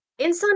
insulin